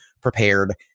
prepared